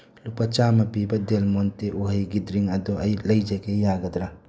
ꯂꯨꯄꯥ ꯆꯥꯝꯃ ꯄꯤꯕ ꯗꯦꯜ ꯃꯣꯟꯇꯦ ꯎꯍꯩꯒꯤ ꯗ꯭ꯔꯤꯡ ꯑꯗꯨ ꯑꯩ ꯂꯩꯖꯒꯦ ꯌꯥꯒꯗ꯭ꯔꯥ